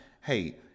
Hey